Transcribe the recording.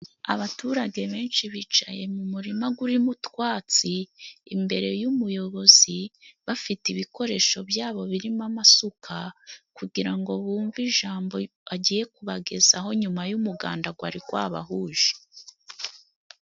Abaturage benshi bicaye mu murima urimo utwatsi, imbere y'umuyobozi, bafite ibikoresho byabo birimo amasuka, kugira ngo bumve ijambo agiye kubagezaho nyuma y'umuganda wari wabahuje.